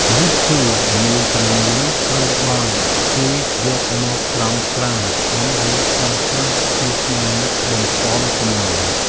ឫសឈើមួយចំនួនត្រូវបានគេយកមកត្រាំស្រាដើម្បីប្រើប្រាស់ជាថ្នាំបំប៉នកម្លាំង។